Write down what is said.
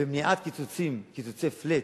במניעת קיצוצים,